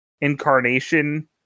incarnation